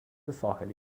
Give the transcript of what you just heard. ساحلی